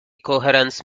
coherence